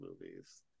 movies